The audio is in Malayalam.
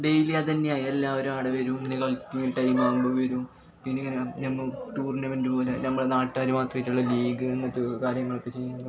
ഡേയ്ലി അതു തന്നെ ആയി എല്ലാവരും ആടെ വരും കളിക്കും മിഠായി വാങ്ങും വരും പിന്നെ ഇങ്ങനെ ഞങ്ങൾ ടൂർണമെൻടുപോലെ നമ്മൾ നാട്ടുകാരുമാത്രായിട്ടുള്ള ലീഗ് അങ്ങനത്തെ കാര്യങ്ങളൊക്കെ ചെയ്യും